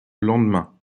lendemain